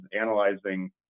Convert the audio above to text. analyzing